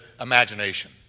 imagination